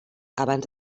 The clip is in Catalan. abans